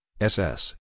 SS